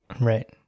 right